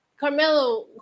Carmelo